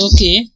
Okay